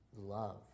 love